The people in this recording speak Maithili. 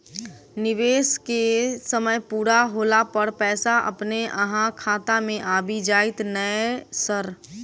निवेश केँ समय पूरा होला पर पैसा अपने अहाँ खाता मे आबि जाइत नै सर?